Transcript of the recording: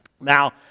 Now